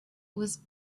was